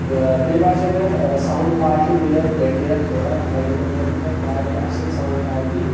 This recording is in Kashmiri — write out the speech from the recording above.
اآ بییٚہِ باسیو مےٚ اتھ ساونڈ کالٹی گے اتھ گٹے اتھ تھوڑا گۄڈنِکٮ۪ن دۄہن ٲس اتھ واریاہ اصٕل ساونڈ کالٹی